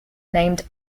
named